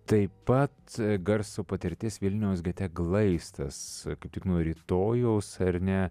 taip pat garso patirtis vilniaus gete glaistas tik nuo rytojaus ar ne